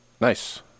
Nice